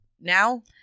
now